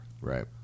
Right